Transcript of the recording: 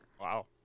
wow